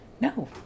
No